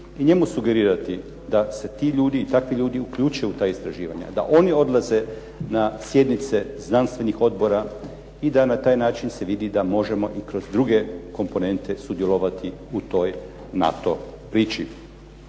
i njemu sugerirati da se ti ljudi i takvi ljudi uključe u ta istraživanja, da oni odlaze na sjednice znanstvenih odbora i da na taj način se vidi da možemo i kroz druge komponente sudjelovati u toj NATO priči.